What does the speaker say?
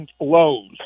lows